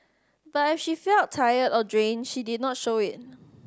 but if she felt tired or drained she did not show it